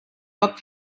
poc